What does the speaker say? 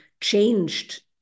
changed